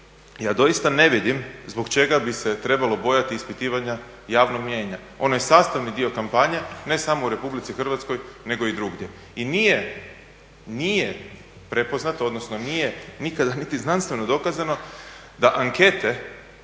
ja doista ne vidim zbog čega bi se trebalo bojati ispitivanja javnog mnijenja. Ono je sastavni dio kampanje, ne samo u RH nego i drugdje. I nije prepoznato, odnosno nije nikada niti znanstveno dokazano da ankete